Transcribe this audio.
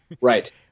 Right